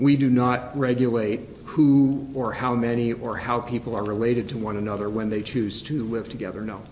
we do not regulate who or how many or how people are related to one another when they choose to live together no